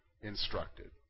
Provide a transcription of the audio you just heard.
instructed